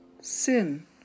Sin